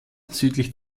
südlich